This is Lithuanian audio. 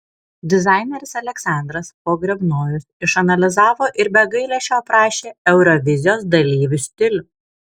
dizaineris aleksandras pogrebnojus išanalizavo ir be gailesčio aprašė eurovizijos dalyvių stilių